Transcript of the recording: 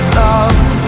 love